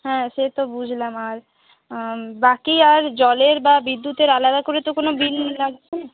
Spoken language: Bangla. হ্যাঁ সে তো বুঝলাম আর বাকি আর জলের বা বিদ্যুতের আলাদা করে তো কোন বিল লাগবে